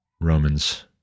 Romans